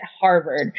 Harvard